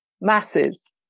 Masses